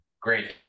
great